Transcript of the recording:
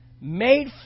made